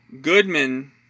Goodman